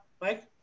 Mike